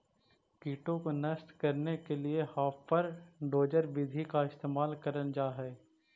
कीटों को नष्ट करने के लिए हापर डोजर विधि का इस्तेमाल करल जा हई